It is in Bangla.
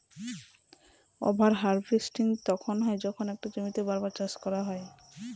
ওভার হার্ভেস্টিং তখন হয় যখন একটা জমিতেই বার বার চাষ করা হয়